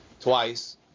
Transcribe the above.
twice